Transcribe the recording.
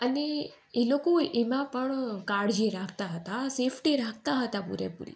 અને એ લોકો એવા પણ કાળજી રાખતા હતા સેફટી રાખતા હતા પૂરેપૂરી